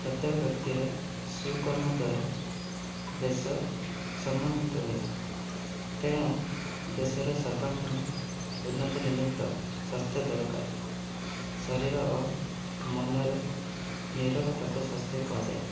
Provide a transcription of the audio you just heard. ପ୍ରତ୍ୟେକ ବ୍ୟକ୍ତିର ସୁକର୍ମ ଦ୍ୱାରା ଦେଶ ସମନ୍ଵିତ ହୁଏ ତେଣୁ ଦେଶର ସର୍ବାଙ୍ଗୀନ ଉନ୍ନତି ନିମିତ୍ତ ସ୍ୱାସ୍ଥ୍ୟ ଦରକାର ଶରୀରର ମନର ନିରୋଗତାକୁ ସ୍ୱାସ୍ଥ୍ୟ କୁହାଯାଏ